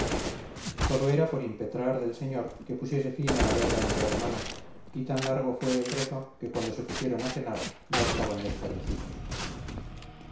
todo era por impetrar del señor que pusiese fin a la guerra entre hermanos y tan largo fue el rezo que cuando se pusieron a cenar ya estaban desfallecidos